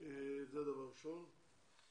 דבר שני, אנחנו רוצים